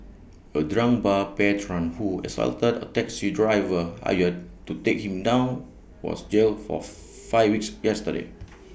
A drunk bar patron who assaulted A taxi driver hired to take him down was jailed for five weeks yesterday